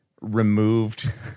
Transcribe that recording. removed